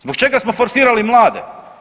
Zbog čega smo forsirali mlade?